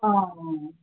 অঁ